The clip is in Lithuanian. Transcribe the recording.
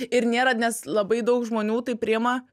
ir nėra nes labai daug žmonių tai priima